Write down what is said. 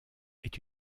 est